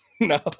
no